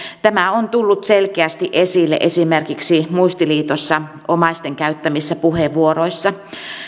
tämä on tullut selkeästi esille esimerkiksi muistiliitossa omaisten käyttämissä puheenvuoroissa